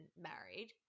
married